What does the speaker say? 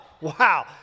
Wow